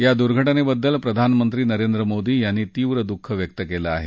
या दुर्घटनेबद्दल प्रधानमंत्री नरेंद्र मोदी यांनी दुःख व्यक्त केलं आहे